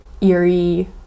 eerie